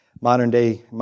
Modern-day